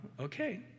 okay